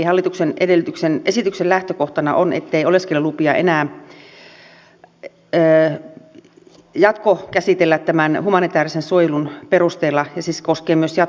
hallituksen esityksen lähtökohtana on ettei oleskelulupia enää jatkokäsitellä tämän humanitäärisen suojelun perusteella ja se siis koskee myös jatkolupia